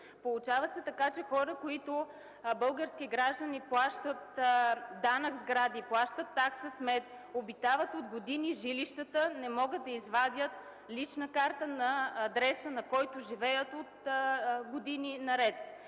Получава се така, че хора, български граждани, които плащат данък сгради, плащат такса смет, обитават от години жилищата, не могат да извадят лична карта на адреса, на който живеят от години наред.